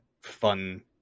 fun